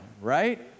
right